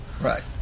Right